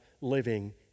living